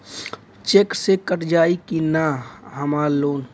Check से cut जाई की ना हमार लोन?